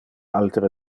altere